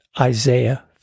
Isaiah